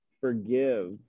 forgive